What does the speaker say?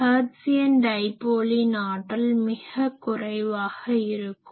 Hertzian டைப்போலின் ஆற்றல் மிக குறைவாக இருக்கும்